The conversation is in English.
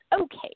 okay